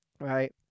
Right